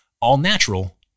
all-natural